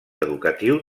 educatiu